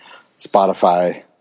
Spotify